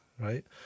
right